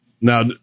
Now